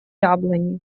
яблони